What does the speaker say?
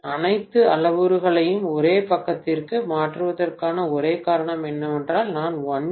அனைத்து அளவுருக்களையும் ஒரே பக்கத்திற்கு மாற்றுவதற்கான ஒரே காரணம் என்னவென்றால் நான் 1 கே